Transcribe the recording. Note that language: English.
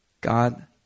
God